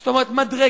זאת אומרת מדרגה,